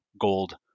gold